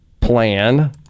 plan